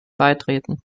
beitreten